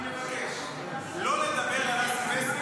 אני מבקש לא לדבר על אסי מסינג,